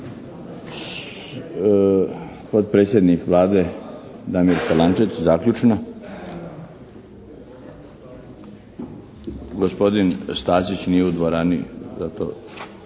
Potpredsjednik Vlade Damir Polančec. Zaključno. Gospodin Stazić nije u dvorani, zato